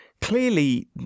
Clearly